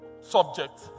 subject